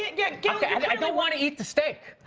yeah gill? i don't want to eat the steak.